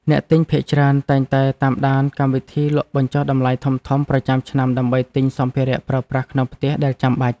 អ្នកទិញភាគច្រើនតែងតែតាមដានកម្មវិធីលក់បញ្ចុះតម្លៃធំៗប្រចាំឆ្នាំដើម្បីទិញសម្ភារៈប្រើប្រាស់ក្នុងផ្ទះដែលចាំបាច់។